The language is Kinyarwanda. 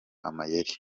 amayeri